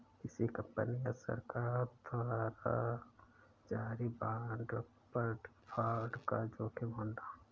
किसी कंपनी या सरकार द्वारा जारी बांड पर डिफ़ॉल्ट का जोखिम होना